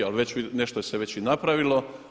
Ali nešto se već i napravilo.